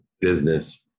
business